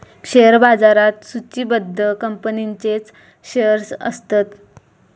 share बाजारात सुचिबद्ध कंपनींचेच शेअर्स असतत